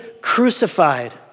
crucified